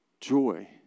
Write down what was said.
joy